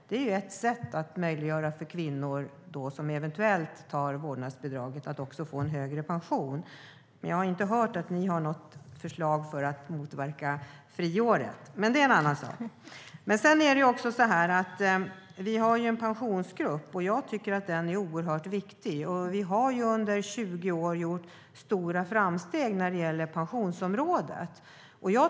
Det är ett sätt att möjliggöra för kvinnor, som eventuellt utnyttjar vårdnadsbidraget, att få högre pension. Jag har dock inte hört att ni skulle ha något förslag för att motverka friåret, men det är en annan fråga. Vi har en pensionsgrupp som jag tycker är oerhört viktig. Vi har under 20 år gjort stora framsteg på pensionsområdet.